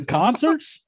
concerts